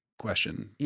question